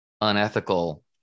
unethical